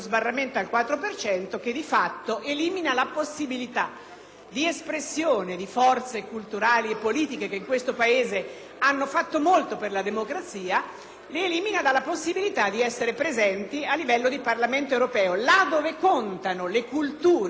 di espressione di forze culturali e politiche che in questo Paese hanno fatto molto per la democrazia. Esse vengono eliminate dalla possibilità di essere presenti a livello di Parlamento europeo, là dove contano le culture politiche che hanno